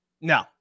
No